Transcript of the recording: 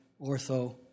ortho